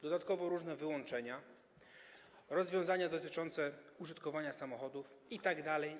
Dodatkowo różne wyłączenia, rozwiązania dotyczące użytkowania samochodów itd.